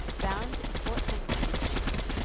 bound to point henry with sheep